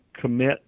commit